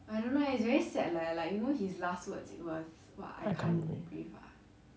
I can't breathe